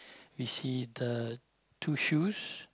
we see the two shoes